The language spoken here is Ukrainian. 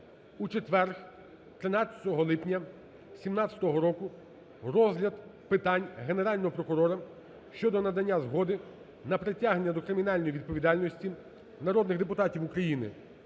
у четвер, 13 липня 2017 року, розгляд питань Генерального прокурора щодо надання згоди на притягнення до кримінальної відповідальності народних депутатів України